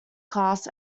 class